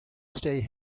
stay